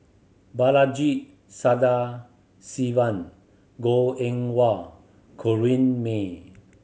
Balaji Sadasivan Goh Eng Wah Corrinne May